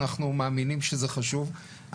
אנחנו מאמינים שזה חשוב,